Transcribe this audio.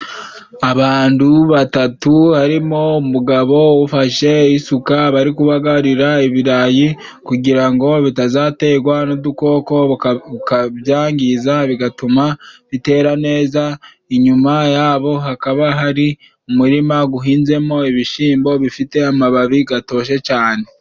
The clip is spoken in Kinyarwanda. Abantu batatu harimo umugabo ufashe isuka bari kubagarira ibirayi kugira ngo bitazaterwa n'udukoko tukabyangiza bigatuma bitera neza. Inyuma yabo hakaba hari umurima guhinzemo ibishyimbo bifite amababi gatoshye cyane.